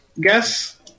guess